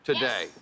Today